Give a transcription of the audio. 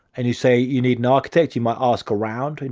and you say you need an architect, you might ask around. and